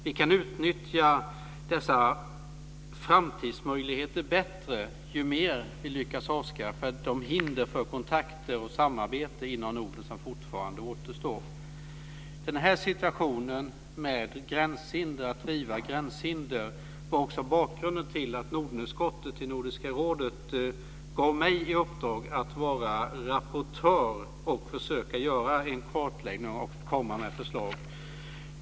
Vi kan utnyttja dessa framtidsmöjligheter bättre ju mer vi lyckas avskaffa de hinder för kontakter och samarbete inom Norden som fortfarande återstår. Att riva gränshinder var också bakgrunden till att Nordenutskottet i Nordiska rådet gav mig i uppdrag att vara rapportör, att försöka göra en kartläggning och komma med förslag.